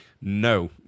no